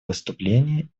выступление